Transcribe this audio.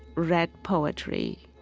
read poetry,